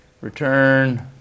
return